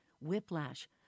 whiplash